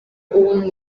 uwo